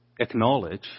Acknowledge